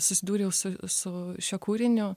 susidūriau su su šiuo kūriniu